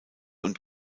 und